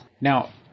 Now